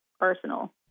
arsenal